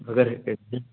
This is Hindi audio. अगर ऐदे